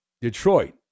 Detroit